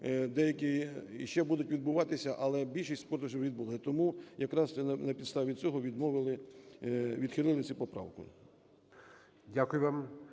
деякі іще будуть відбуватися, але більшість конкурсів відбулося. Тому якраз це на підставі цього відмовили, відхилили цю поправку.